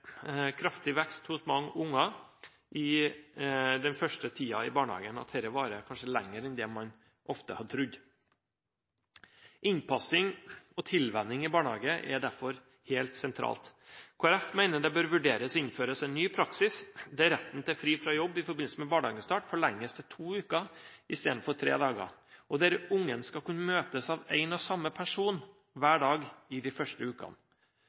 kraftig vekst hos mange unger den første tiden i barnehagen, og at dette varer lenger enn man ofte har trodd. Innpassing og tilvenning i barnehagen er derfor helt sentralt. Kristelig Folkeparti mener det bør vurderes å innføre en ny praksis med rett til fri fra jobb i forbindelse med barnehagestart i to uker istedenfor tre dager, og der ungen skal møtes av én og samme person hver dag de første ukene.